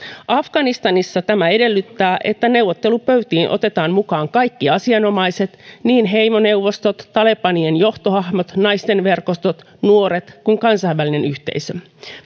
afganistanissa tämä edellyttää että neuvottelupöytiin otetaan mukaan kaikki asianosaiset niin heimoneuvostot talebanien johtohahmot naisten verkostot nuoret kuin kansainvälinen yhteisö